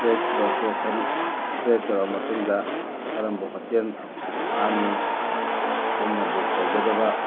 track location trek ꯇꯧꯔ ꯃꯇꯨꯡꯗ ꯀꯔꯝꯕ ꯍꯣꯇꯦꯜ ꯍꯥꯡꯉꯤ ꯑꯩꯅ ꯕꯨꯛ ꯇꯧꯒꯗꯕ